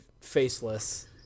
faceless